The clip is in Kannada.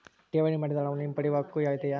ಠೇವಣಿ ಮಾಡಿದ ಹಣವನ್ನು ಹಿಂಪಡೆಯವ ಹಕ್ಕು ಇದೆಯಾ?